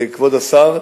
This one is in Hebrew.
כבוד השר,